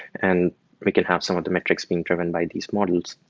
and we can have some of the metrics being driven by these models.